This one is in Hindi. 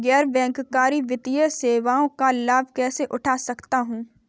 गैर बैंककारी वित्तीय सेवाओं का लाभ कैसे उठा सकता हूँ?